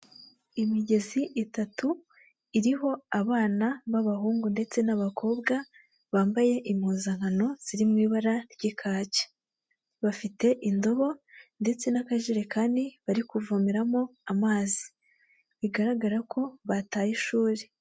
Imigezi itatu, iriho abana b'abahungu ndetse n'abakobwa, bambaye impuzankano ziri mu ibara ry'ikaki, bafite indobo ndetse n'akajerekani bari kuvomeramo amazi, bigaragara ko bataye ishuri.